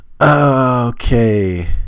okay